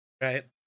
Right